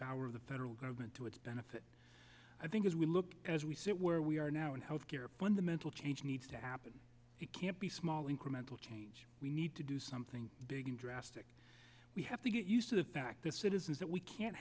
power of the federal government to its benefit i think as we look as we sit where we are now in health care when the mental change needs to happen it can't be small incremental change we need to do something big and drastic we have to get used to the fact that citizens that we can't